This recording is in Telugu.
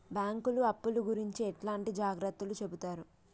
బ్యాంకులు అప్పుల గురించి ఎట్లాంటి జాగ్రత్తలు చెబుతరు?